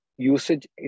usage